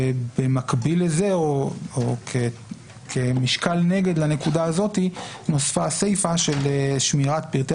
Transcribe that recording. במקביל לזה או כמשקל נגד לנקודה הזאת נוספה הסיפה של: 'שמירת פרטי